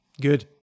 Good